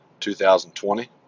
2020